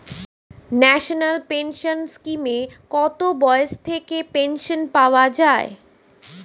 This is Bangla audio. ন্যাশনাল পেনশন স্কিমে কত বয়স থেকে পেনশন পাওয়া যায়?